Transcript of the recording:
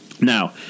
Now